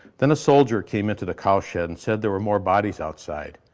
then a soldier came in to the cow shed and said there were more bodies outside.